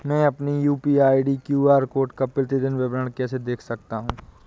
मैं अपनी UPI QR code का प्रतीदीन विवरण कैसे देख सकता हूँ?